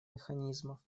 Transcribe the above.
механизмов